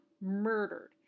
murdered